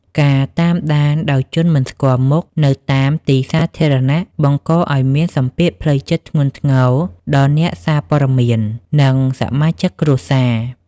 ការតាមដានដោយជនមិនស្គាល់មុខនៅតាមទីសាធារណៈ បង្កឱ្យមានសម្ពាធផ្លូវចិត្តធ្ងន់ធ្ងរដល់អ្នកសារព័ត៌មាន និងសមាជិកគ្រួសារ។